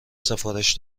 سفارش